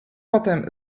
potem